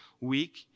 week